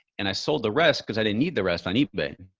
and i sold the rest. cause i didn't need the rest on ebay.